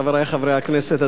חברי חברי הכנסת,